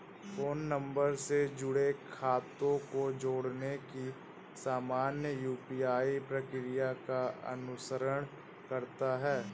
phone number से जुड़े खातों को जोड़ने की सामान्य यू.पी.आई प्रक्रिया का अनुसरण करता है